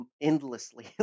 endlessly